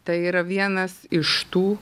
tai yra vienas iš tų